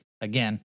Again